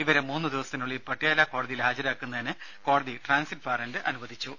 ഇവരെ മൂന്നു ദിവസത്തിനുള്ളിൽ പട്യാല കോടതിയിൽ ഹാജരാക്കുന്നതിന് കോടതി ട്രാൻസിറ്റ് വാറന്റ് അനുവദിച്ചു